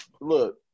Look